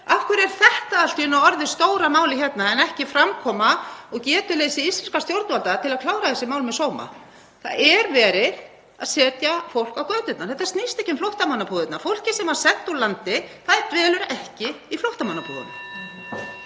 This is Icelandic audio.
af hverju er þetta allt í einu orðið stóra málið hérna en ekki framkoma og getuleysi íslenskra stjórnvalda til að klára þessi mál með sóma? Það er verið að setja fólk á göturnar. Þetta snýst ekki um flóttamannabúðirnar. Fólkið sem var sent úr landi dvelur ekki í flóttamannabúðunum.